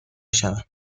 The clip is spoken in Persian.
شوند